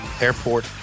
Airport